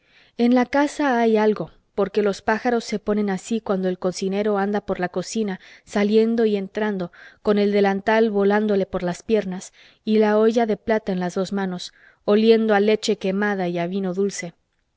en la casa hay algo porque los pájaros se ponen así cuando el cocinero anda por la cocina saliendo y entrando con el delantal volándole por las piernas y la olla de plata en las dos manos oliendo a leche quemada y a vino dulce